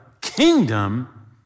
kingdom